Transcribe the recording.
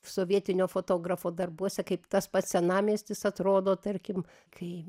sovietinio fotografo darbuose kaip tas pats senamiestis atrodo tarkim kai